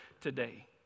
today